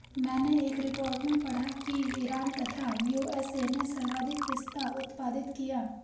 मैनें एक रिपोर्ट में पढ़ा की ईरान तथा यू.एस.ए ने सर्वाधिक पिस्ता उत्पादित किया